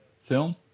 film